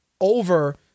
over